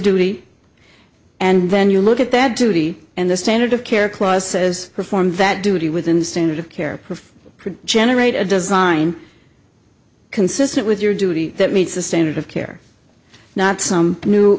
duty and then you look at that duty and the standard of care clause says perform that duty within the standard of care of generate a design consistent with your duty that meets the standard of care not some new